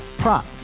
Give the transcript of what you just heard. Prop